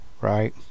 Right